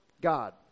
God